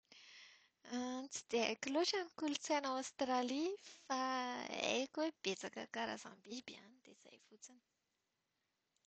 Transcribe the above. Tsy dia haiko loatra ny kolontsaina ao Aostralia, fa haiko hoe betsaka karazam-biby any dia izay fotsiny.